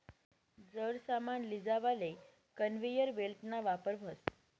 जड सामान लीजावाले कन्वेयर बेल्टना वापर व्हस